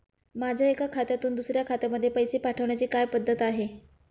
माझ्या एका खात्यातून दुसऱ्या खात्यामध्ये पैसे पाठवण्याची काय पद्धत आहे?